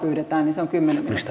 mistä paikalta pyydetty